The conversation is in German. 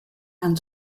herrn